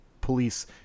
police